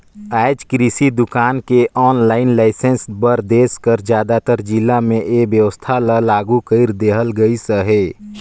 आएज किरसि दुकान के आनलाईन लाइसेंस बर देस कर जादातर जिला में ए बेवस्था ल लागू कइर देहल गइस अहे